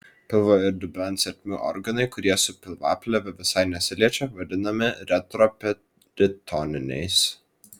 pilvo ir dubens ertmių organai kurie su pilvaplėve visai nesiliečia vadinami retroperitoniniais